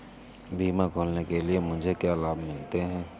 बीमा खोलने के लिए मुझे क्या लाभ मिलते हैं?